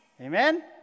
Amen